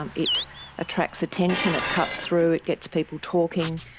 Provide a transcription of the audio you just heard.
um it attracts attention, it cuts through, it gets people talking,